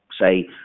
say